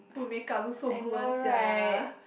put make up look so good one sia